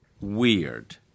weird